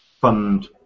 fund